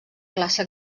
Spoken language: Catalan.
classe